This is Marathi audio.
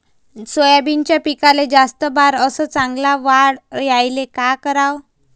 सोयाबीनच्या पिकाले जास्त बार अस चांगल्या वाढ यायले का कराव?